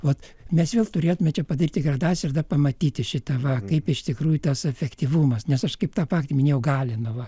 vat mes vėl turėtume čia padaryti gradaciją ir pamatyti šita va kaip iš tikrųjų tas efektyvumas nes aš kaip tą patį minėjaugaliną va